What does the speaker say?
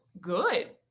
good